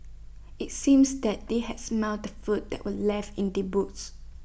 IT seems that they had smelt the food that were left in the boot